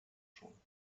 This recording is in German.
schon